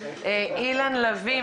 אילן לביא,